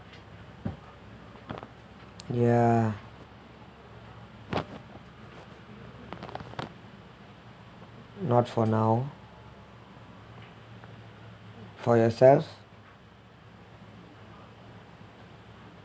ya not for now for yourself